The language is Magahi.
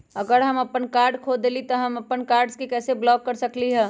अगर हम अपन कार्ड खो देली ह त हम अपन कार्ड के कैसे ब्लॉक कर सकली ह?